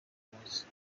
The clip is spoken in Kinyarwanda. munsi